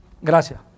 Gracias